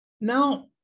Now